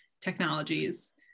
technologies